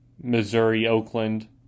Missouri-Oakland